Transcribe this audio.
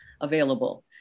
available